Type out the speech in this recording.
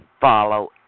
follow